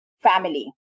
family